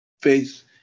face